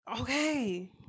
Okay